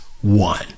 one